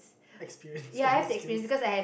experience and the skills